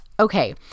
Okay